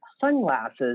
sunglasses